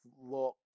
look